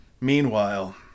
Meanwhile